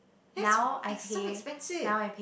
that's so expensive